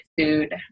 food